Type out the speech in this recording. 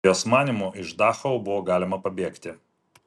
jos manymu iš dachau buvo galima pabėgti